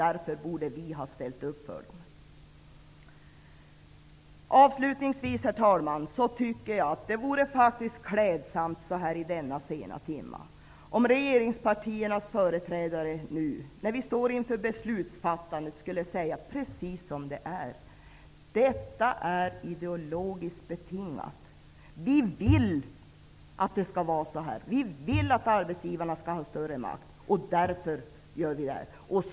Därför borde vi ha ställt upp för dem. Avslutningsvis, herr talman, vill jag säga att jag tycker att det denna sena timme faktiskt vore klädsamt om regeringspartiernas företrädare nu, när vi står inför att fatta beslut, sade precis som det är, nämligen: Detta är ideologiskt betingat. Vi vill att det skall vara så här. Vi vill att arbetsgivarna skall ha större makt. Därför gör vi det här.